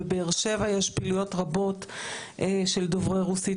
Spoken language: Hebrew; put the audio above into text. בבאר שבע יש פעילויות רבות של דוברי רוסית,